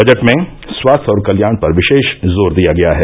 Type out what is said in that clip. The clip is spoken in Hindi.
बजट में स्वास्थ्य और कल्याण पर विशेष जोर दिया गया है